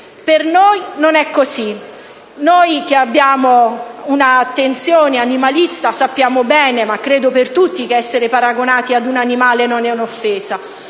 Per noi non è così! Noi che abbiamo un'attenzione animalista sappiamo bene (ma credo lo sappiano tutti) che essere paragonati ad un animale non è un'offesa,